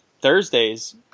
thursday's